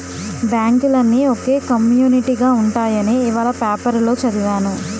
బాంకులన్నీ ఒకే కమ్యునీటిగా ఉంటాయని ఇవాల పేపరులో చదివాను